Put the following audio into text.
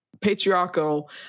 patriarchal